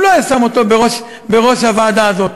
הוא לא היה שם אותו בראש הוועדה הזאת.